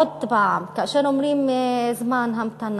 עוד הפעם, כאשר אומרים זמן המתנה,